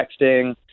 texting